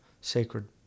sacred